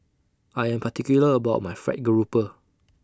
I Am particular about My Fried Garoupa